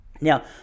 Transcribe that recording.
now